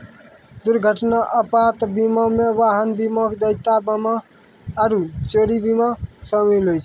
दुर्घटना आपात बीमा मे वाहन बीमा, देयता बीमा आरु चोरी बीमा शामिल होय छै